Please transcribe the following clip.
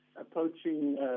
approaching